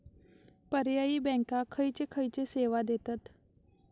पर्यायी बँका खयचे खयचे सेवा देतत?